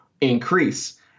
increase